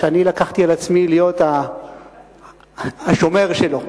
שאני לקחתי על עצמי להיות השומר שלו,